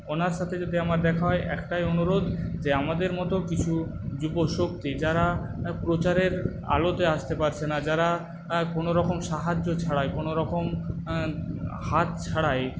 ওনার সাথে যদি আমার দেখা হয় একটাই অনুরোধ যে আমাদের মতো কিছু যুবশক্তি যারা প্রচারের আলোতে আসতে পারছে না যারা কোনোরকম সাহায্য ছাড়াই কোনোরকম হাত ছাড়াই